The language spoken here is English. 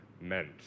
meant